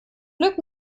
glück